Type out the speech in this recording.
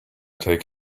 take